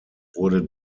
wurde